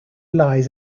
lies